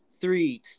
three